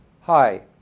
Hi